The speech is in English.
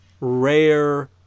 rare